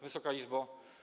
Wysoka Izbo!